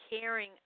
caring